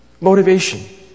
motivation